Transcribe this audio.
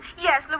Yes